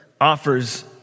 offers